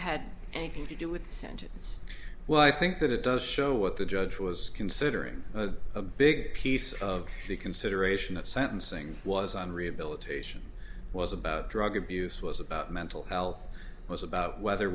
had anything to do with sentence well i think that it does show what the judge was considering a big piece of the consideration of sentencing was on rehabilitation was about drug abuse was about mental health was about whether